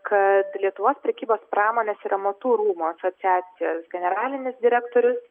kad lietuvos prekybos pramonės ir amatų rūmų asociacijos generalinis direktorius